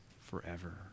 forever